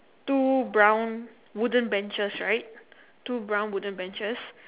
two brown wooden benches right two brown wooden benches